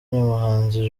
umuhanzi